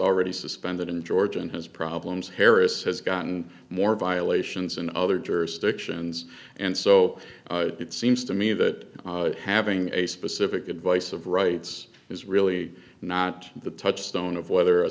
already suspended in georgia and has problems harris has gotten more violations in other jurisdictions and so it seems to me that having a specific advice of rights is really not the touchstone of whether a